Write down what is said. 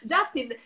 Justin